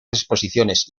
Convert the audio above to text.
exposiciones